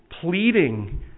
pleading